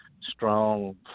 strong